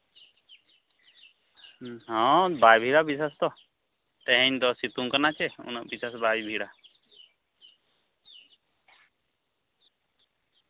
ᱦᱚᱸ ᱛᱮᱦᱮᱧ ᱫᱚ ᱥᱤᱛᱩᱝ ᱠᱟᱱᱟᱪᱮ ᱩᱱᱟᱹᱜ ᱵᱤᱨᱟᱴ ᱵᱟᱭ ᱵᱷᱤᱲᱟ